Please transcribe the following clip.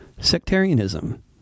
Sectarianism